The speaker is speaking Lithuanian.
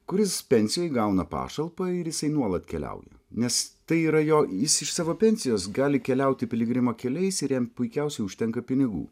kuris pensijoj gauna pašalpą ir jisai nuolat keliauja nes tai yra jo jis iš savo pensijos gali keliauti piligrimo keliais ir jam puikiausiai užtenka pinigų